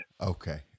Okay